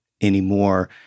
anymore